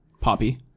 Poppy